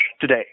today